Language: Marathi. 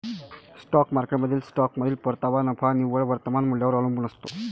स्टॉक मार्केटमधील स्टॉकमधील परतावा नफा निव्वळ वर्तमान मूल्यावर अवलंबून असतो